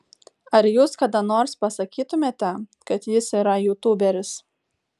ar jūs kada nors pasakytumėte kad jis yra jūtūberis